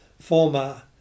former